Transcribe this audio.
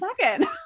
second